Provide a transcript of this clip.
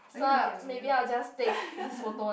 are you looking at the mirror